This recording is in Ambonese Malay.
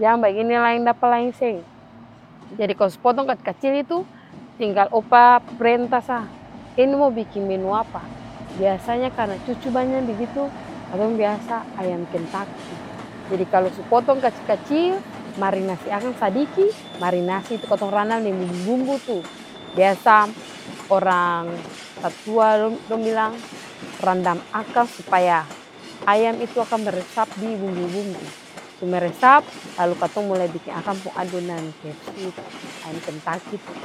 Jang bagini laeng dapa laeng seng, jadi kalu su potong kacil-kacil itu tinggal opa prenta sah ini mo biking menu apa, biasanya karna cucu banya bagitu katong biasa ayam kentaki, jadi kalu su potong kacil-kacil marinasi akang sadiki, marinasi tuh katong randam deng bumbu-bumbu tuh, biasa orang tatua dong bilang randam akang supaya ayam itu akang meresap dibumbu-bumbu, su meresap lalu katong biking akang pung adonan kfc tuh, ayam kentaki tuh,